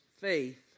faith